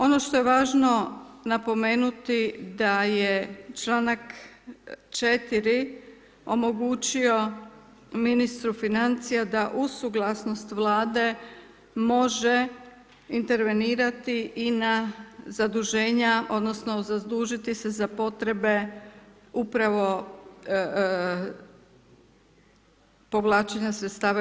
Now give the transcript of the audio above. Ono što je važno napomenuti, da je čl. 4. omogući ministru financija, da uz suglasnost vlade, može intervenirati i na zaduženja, odnosno, zadužiti se za potrebe upravo povlačenja sredstva EU.